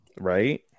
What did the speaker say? Right